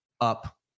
up